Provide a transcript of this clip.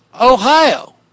Ohio